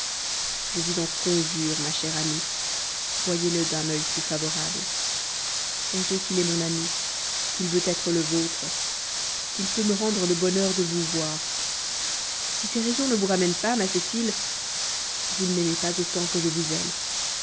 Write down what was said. je vous en conjure ma chère amie voyez-le d'un œil plus favorable songez qu'il est mon ami qu'il veut être le vôtre qu'il peut me rendre le bonheur de vous voir si ces raisons ne vous ramènent pas ma cécile vous ne m'aimez pas autant que je vous aime